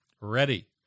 ready